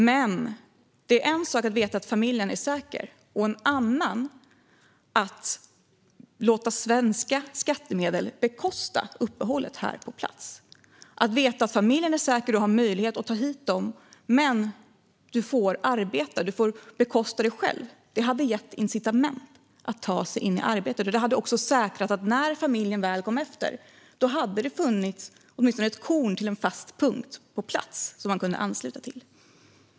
Men det är en sak att veta att familjen är säker och en annan att låta svenska skattemedel bekosta uppehället här i Sverige. I stället hade det gett incitament att ta sig in på arbetsmarknaden om man kunde veta att familjen är säker och ha möjlighet att ta hit den men i så fall vara tvungen att arbeta och bekosta detta själv. Det hade också säkrat att när familjen väl kom efter hade det funnits åtminstone ett korn till en fast punkt på plats som den kunde ansluta till.